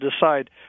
decide